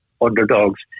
underdogs